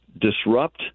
disrupt